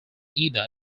either